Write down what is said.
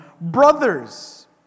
brothers